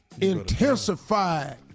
Intensified